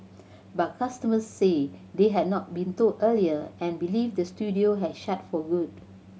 but customers said they had not been told earlier and believe the studio has shut for good